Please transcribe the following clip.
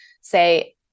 say